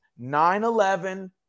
9-11